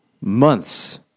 months